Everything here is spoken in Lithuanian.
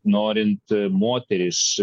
norint moteris